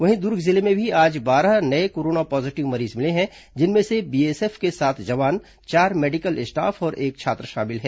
वहीं दुर्ग जिले में भी आज बारह नये कोरोना पॉजिटिव मरीज मिले हैं जिनमें से बीएसएफ के सात जवान चार मेडिकल स्टॉफ और एक छात्र शामिल हैं